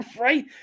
Right